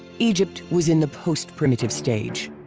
egypt was in the post-primitive stage.